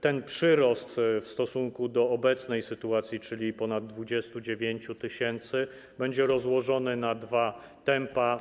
Ten przyrost w stosunku do obecnej sytuacji, czyli ponad 29 tys., będzie rozłożony na dwa tempa.